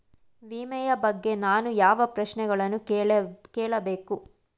ವಿಮೆಯ ಬಗ್ಗೆ ನಾನು ಯಾವ ಪ್ರಶ್ನೆಗಳನ್ನು ಕೇಳಬೇಕು?